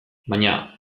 baina